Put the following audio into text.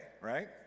right